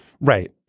Right